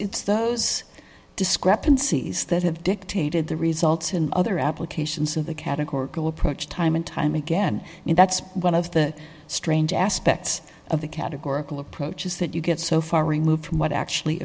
it's those discrepancies that have dictated the results in other applications of the categorical approach time and time again and that's one of the strange aspects of the categorical approach is that you get so far removed from what actually